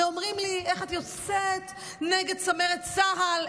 הרי אומרים לי: איך את יוצאת נגד צמרת צה"ל?